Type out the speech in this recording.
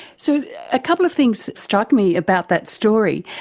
so a couple of things strike me about that story,